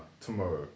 tomorrow